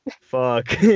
Fuck